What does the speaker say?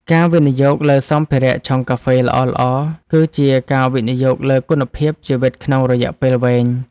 ការវិនិយោគលើសម្ភារៈឆុងកាហ្វេល្អៗ គឺជាការវិនិយោគលើគុណភាពជីវិតក្នុងរយៈពេលវែង។